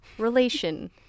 relation